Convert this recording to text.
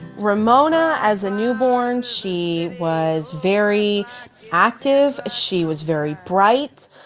ramona, as a newborn, she was very active. she was very bright.